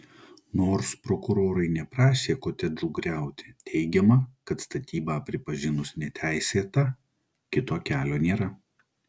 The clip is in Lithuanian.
nors prokurorai neprašė kotedžų griauti teigiama kad statybą pripažinus neteisėta kito kelio nėra